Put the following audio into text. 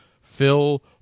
Phil